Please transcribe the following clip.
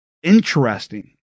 Interesting